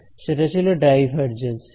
সেটা ছিল ডাইভারজেন্স